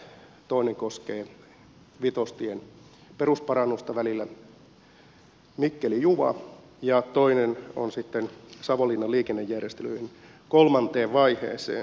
toinen koskee vitostien perusparannusta välillä mikkelijuva ja toinen on sitten savonlinnan liikennejärjestelyjen kolmanteen vaiheeseen